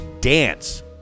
dance